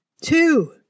Two